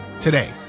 today